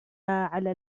على